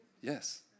Yes